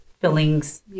fillings